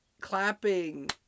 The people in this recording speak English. clapping